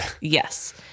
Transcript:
Yes